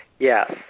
Yes